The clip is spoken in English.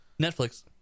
Netflix